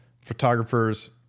photographers